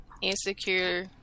insecure